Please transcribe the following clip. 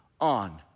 on